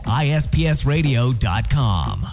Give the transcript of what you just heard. ispsradio.com